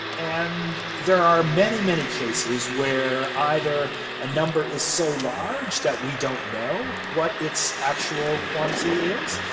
and there are many many cases where either a number is so large that we don't know what its actual quantity is,